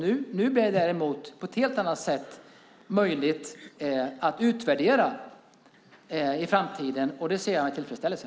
Nu blir det däremot på ett helt annat sätt möjligt att utvärdera i framtiden. Det ser jag fram emot med tillfredsställelse.